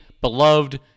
beloved